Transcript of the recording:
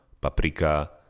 paprika